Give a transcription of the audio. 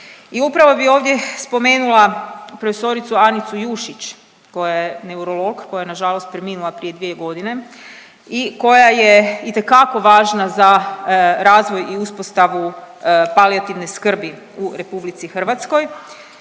I upravo bih ovdje spomenula profesoricu Anicu Jušić koja je neurolog, koja je na žalost preminula prije dvije godine i koja je itekako važna za razvoj i uspostavu palijativne skrbi u Republici Hrvatskoj,